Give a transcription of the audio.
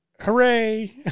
Hooray